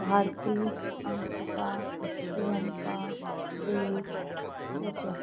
Bharti Ankita Priyanka Deep Pooja